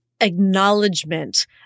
acknowledgement